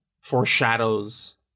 foreshadows